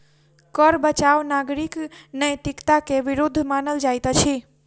कर बचाव नागरिक नैतिकता के विरुद्ध मानल जाइत अछि